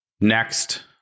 next